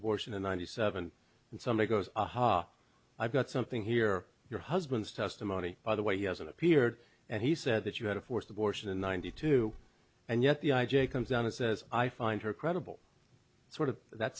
abortion in ninety seven and somebody goes ha i've got something here your husband's testimony by the way he hasn't appeared and he said that you had a forced abortion in ninety two and yet the i j a comes down and says i find her credible sort of that